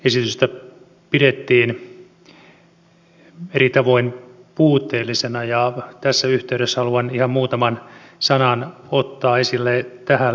esitystä pidettiin eri tavoin puutteellisena ja tässä yhteydessä haluan ihan muutaman sanan ottaa esille tähän liittyen